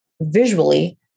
visually